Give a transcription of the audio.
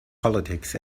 politics